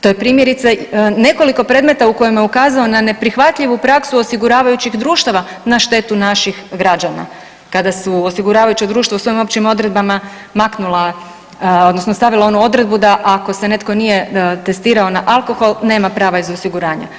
To je primjerice nekoliko predmeta u kojima je ukazao na neprihvatljivu praksu osiguravajućih društava na štetu naših građana kada su osiguravajuća društva u svojim općim odredbama maknula odnosno stavila onu odredbu, da ako se netko nije testirao na alkohol nema prava iz osiguranja.